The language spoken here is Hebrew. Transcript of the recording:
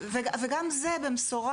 וגם זה במשורה,